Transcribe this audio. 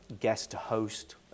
guest-to-host